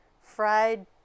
fried